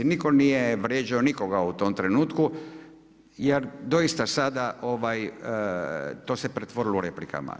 Nitko nije vrijeđao nikoga u tom trenutku jer doista sada to se pretvorilo u replike.